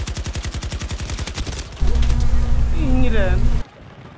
ᱤᱧ ᱨᱮᱱ